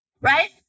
right